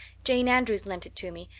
jane andrews lent it to me.